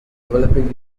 developing